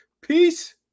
peace